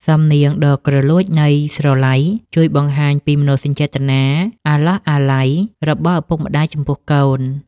សំនៀងដ៏គ្រលួចនៃស្រឡៃ ជួយបង្ហាញពីមនោសញ្ចេតនាអាឡោះអាល័យរបស់ឪពុកម្ដាយចំពោះកូន។